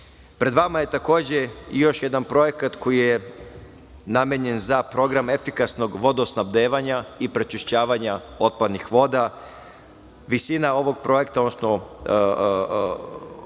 vama je još jedan projekat koji je namenjen za program efikasnog vodosnabdevanja i prečišćavanja otpadnih voda. Visina ovog projekta, odnosno